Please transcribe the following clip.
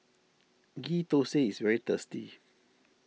Ghee Thosai is very tasty